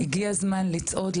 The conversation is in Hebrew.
הגיע הזמן לצעוד,